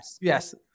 Yes